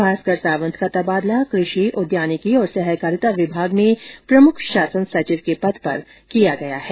भास्कर सांवत का तबादला कृषि उद्यानिकी और सहकारिता विभाग में प्रमुख शासन सचिव के पद पर किया गया है